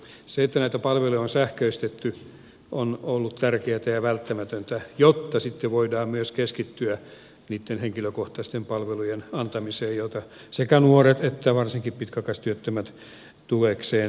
se että näitä palveluja on sähköistetty on ollut tärkeätä ja välttämätöntä jotta sitten voidaan myös keskittyä niitten henkilökohtaisten palvelujen antamiseen joita sekä nuoret että varsinkin pitkäaikaistyöttömät tuekseen tarvitsevat